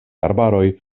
arbaroj